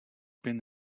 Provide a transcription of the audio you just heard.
been